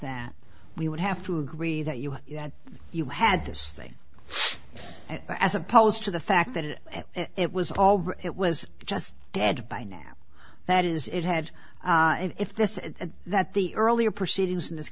that we would have to agree that you have you had this thing as opposed to the fact that it was all it was just dead by now that is it had if this is that the earlier proceedings in this